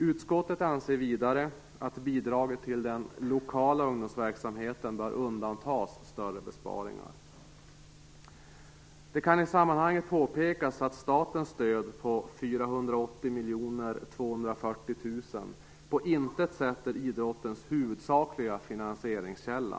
Utskottet anser vidare att bidraget till den lokala ungdomsverksamheten bör undantas från större besparingar. Det kan i sammanhanget påpekas att statens stöd på 480 240 000 kr på intet sätt är idrottens huvudsakliga finansieringskälla.